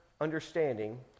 understanding